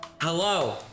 Hello